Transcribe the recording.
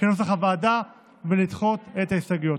כנוסח הוועדה ולדחות את ההסתייגויות.